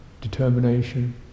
determination